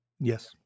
Yes